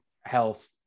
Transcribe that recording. health